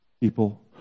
people